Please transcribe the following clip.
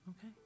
Okay